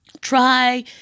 Try